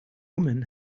woman